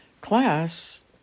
class